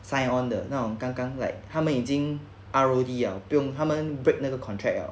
sign on 的那种刚刚 like 他们已经 R_O_D liao 不用他们 break 那个 contract liao